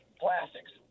plastics